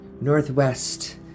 northwest